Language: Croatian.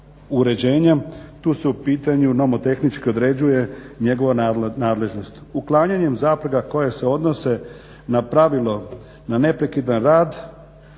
uređenja, tu su u pitanju nomotehnički određuje njegova nadležnost. Uklanjanjem zaprega koje se odnose na pravilo, na neprekidan rad,